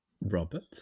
Robert